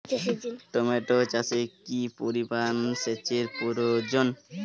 Tomato চাষে কি পরিমান সেচের প্রয়োজন?